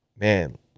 Man